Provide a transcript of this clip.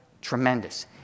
tremendous